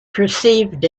perceived